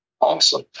Awesome